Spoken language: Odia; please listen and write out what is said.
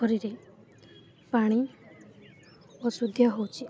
ପୋଖରୀରେ ପାଣି ଅଶୁଦ୍ଧ ହେଉଛି